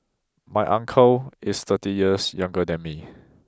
my uncle is thirty years younger than me